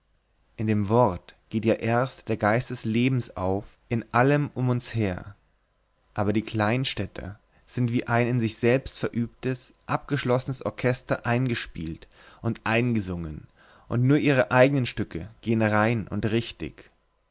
in dem wort geht ja erst der geist des lebens auf in allem um uns her aber die kleinstädter sind wie ein in sich selbst verübtes abgeschlossenes orchester eingespielt und eingesungen nur ihre eignen stücke gehen rein und richtig